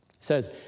says